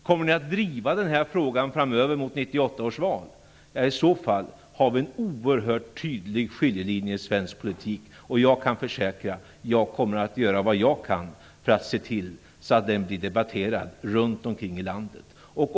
Kommer ni att driva den här frågan framöver inför 1998 års val? Ja, i så fall har vi en oerhört tydlig skiljelinje i svensk politik. Jag kan försäkra att jag kommer att göra vad jag kan för att se till att denna fråga blir debatterad runt om i landet.